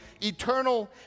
Eternal